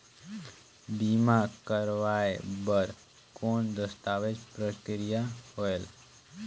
बीमा करवाय बार कौन दस्तावेज प्रक्रिया होएल?